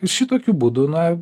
ir šitokiu būdu na